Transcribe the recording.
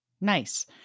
Nice